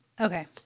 Okay